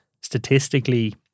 Statistically